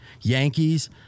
Yankees